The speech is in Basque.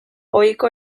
ohiko